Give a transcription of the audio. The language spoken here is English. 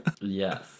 Yes